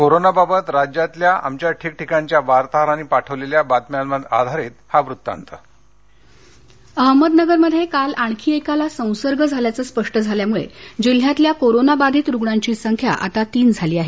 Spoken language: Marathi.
कोरोनाबाबत आमच्या ठिकठिकाणच्या वार्ताहरांनी पाठवलेल्या बातम्यांवर आधारित हा वृत्तांतः अहमदनगरमध्ये काल आणखी एकाला संसर्ग झाल्याचं स्पष्ट झाल्यामुळे जिल्हयातल्या कोरोना बाधित रुग्णांची संख्या आता तीन झाली आहे